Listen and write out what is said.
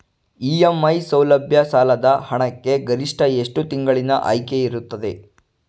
EMI ಸೌಲಭ್ಯ ಸಾಲದ ಹಣಕ್ಕೆ ಗರಿಷ್ಠ ಎಷ್ಟು ತಿಂಗಳಿನ ಆಯ್ಕೆ ಇರುತ್ತದೆ?